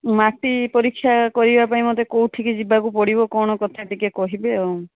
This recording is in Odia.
ମାଟି ପରୀକ୍ଷା କରିବା ପାଇଁ ମୋତେ କେଉଁଠିକି ଯିବାକୁ ପଡ଼ିବ କ'ଣ କଥା ଟିକେ କହିବେ ଆଉ